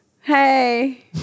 Hey